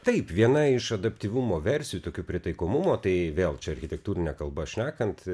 taip viena iš adaptyvumo versijų tokių pritaikomumo tai vėl čia architektūrine kalba šnekant